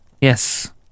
Yes